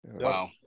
Wow